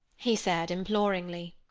he said, imploringly.